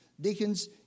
Deacons